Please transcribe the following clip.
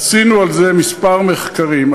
עשינו על זה כמה מחקרים.